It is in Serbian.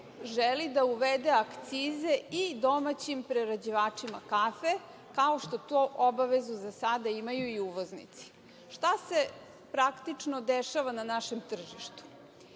želi da uvede akcize i domaćim prerađivačima kafe, kao što tu obavezu za sada imaju uvoznici. Šta te praktično dešava na našem tržištu?